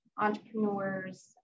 entrepreneurs